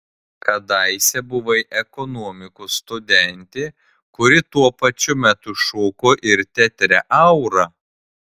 kadaise buvai ekonomikos studentė kuri tuo pačiu metu šoko ir teatre aura